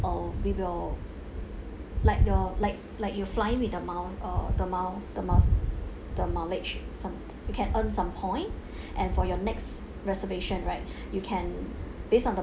uh we will like your like like you flying with the mile uh the mile the mile the mileage some you can earn some point and for your next reservation right you can based on the